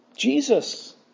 Jesus